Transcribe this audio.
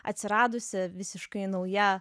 atsiradusi visiškai nauja